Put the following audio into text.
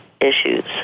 issues